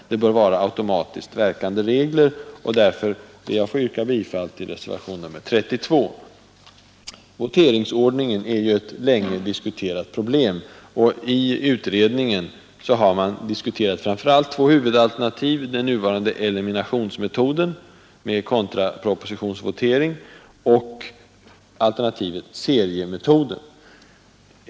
Det bör vara automatiskt verkande regler. Därför ber jag att få yrka bifall till reservationen 32. Voteringsordningen är ju ett länge diskuterat problem. I utredningen har man analyserat framför allt två huvudalternativ — den nuvarande eliminationsmetoden med kontrapropositionsvotering och seriemetoden.